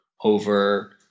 over